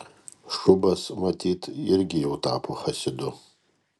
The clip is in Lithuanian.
šubas matyt irgi jau tapo chasidu